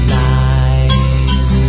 lies